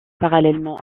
parallèlement